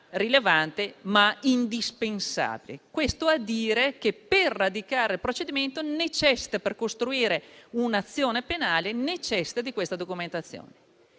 rilevante, anzi, indispensabile. Questo a dire che, per radicare il procedimento e costruire un'azione penale, è necessaria questa documentazione.